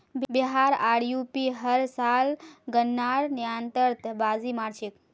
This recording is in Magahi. बिहार आर यू.पी हर साल गन्नार निर्यातत बाजी मार छेक